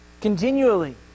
continually